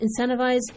incentivize